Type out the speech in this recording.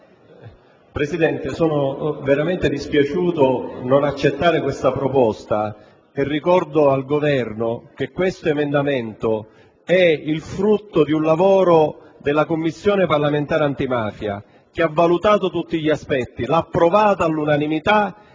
Presidente, sono veramente dispiaciuto di non poter accettare questa proposta. Ricordo al Governo che il contenuto di questo emendamento è il frutto di un lavoro della Commissione parlamentare antimafia che ha valutato tutti gli aspetti, l'ha approvato all'unanimità